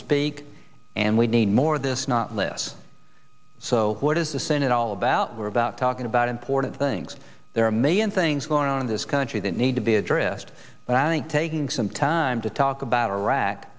speak and we need more of this not less so what is the senate all about we're about talking about important things there are a million things going on in this country that to be addressed but i think taking some time to talk about iraq